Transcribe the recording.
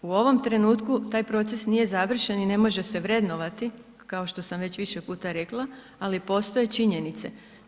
U ovom trenutku taj proces nije završen i ne može se vrednovati, kao što sam već više puta rekla, ali postoje činjenice.